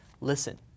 Listen